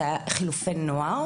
אלה היו חילופי נוער,